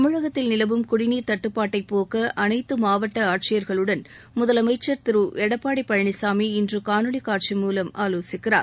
தமிழகத்தில் நிலவும் குடிநீர் தட்டுப்பாட்டை போக்க அனைத்து மாவட்ட ஆட்சியர்களுடன் முதலமைச்சர் திரு எடப்பாடி பழனிசாமி இன்று காணொலி காட்சி தமிழக மூலம் ஆலோசிக்கிறார்